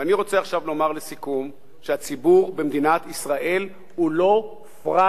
ואני רוצה עכשיו לומר לסיכום שהציבור במדינת ישראל הוא לא פראייר.